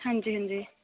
ਹਾਂਜੀ ਹਾਂਜੀ